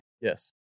Yes